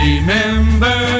Remember